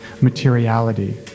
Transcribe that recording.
Materiality